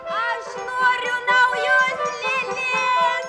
aš noriu naujos lėlės